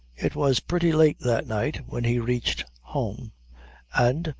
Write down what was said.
it was pretty late that night, when he reached home and,